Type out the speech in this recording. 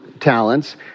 Talents